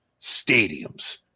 Stadiums